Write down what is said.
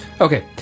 okay